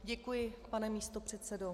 Děkuji, pane místopředsedo.